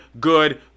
good